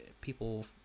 people